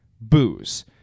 booze